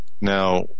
Now